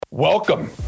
Welcome